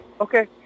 Okay